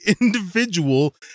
individual